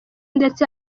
ndetse